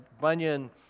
Bunyan